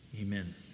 Amen